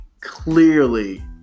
clearly